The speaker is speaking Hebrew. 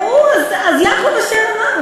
אז יעקב אשר אמר,